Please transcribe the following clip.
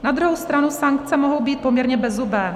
Na druhou stranu sankce mohou být poměrně bezzubé.